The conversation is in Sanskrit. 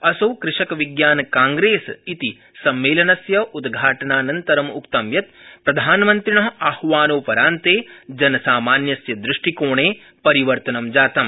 असौ कृषकविज्ञानकांग्रेस इति सम्मेलनस्य उद्घाटनान्तरं उक्तं यत् प्रधानमन्त्रिण आह्वानोपरान्ते जनसामान्यस्य दृष्टिकोणे परिवर्तनं जातम्